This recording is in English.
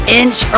inch